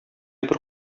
бер